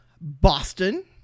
Boston